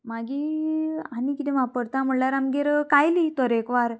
मागीर आनी किदें वापरता म्हणल्यार आमगेर कायली तरेकवार